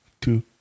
two